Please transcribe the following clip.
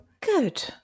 Good